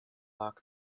back